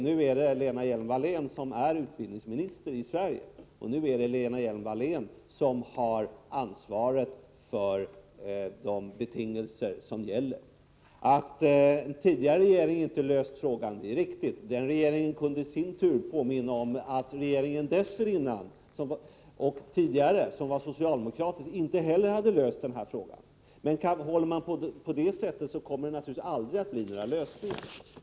Nu är Lena Hjelm-Wallén utbildningsminister i Sverige, och nu är det Lena Hjelm-Wallén som har ansvaret för de betingelser som gäller. Att tidigare regering inte löst frågan är riktigt. Den regeringen kunde i sin tur påminna om att regeringen dessförinnan, som var socialdemokratisk, inte heller hade löst frågan. Fortsätter man på det sättet, blir det naturligtvis aldrig någon lösning.